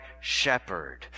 shepherd